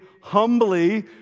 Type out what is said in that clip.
humbly